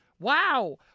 Wow